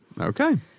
okay